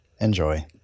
Enjoy